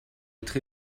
être